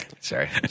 Sorry